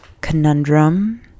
conundrum